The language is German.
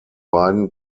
beiden